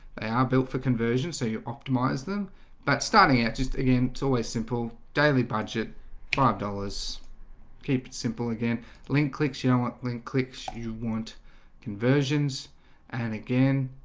they are built for conversion. so you optimize them but starting out just again, it's always simple daily budget five dollars keep it simple again link clicks. you don't want link clicks you want conversions and again,